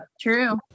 True